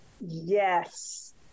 yes